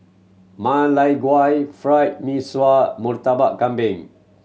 Ma Lai Gao Fried Mee Sua Murtabak Kambing